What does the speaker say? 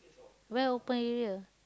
where open area